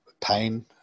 pain